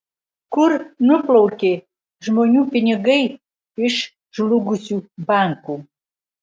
kur nuplaukė žmonių pinigai iš žlugusių bankų